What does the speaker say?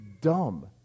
dumb